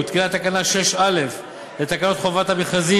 ותוקנה תקנה 6(א) לתקנות חובת המכרזים,